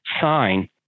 sign